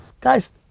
Guys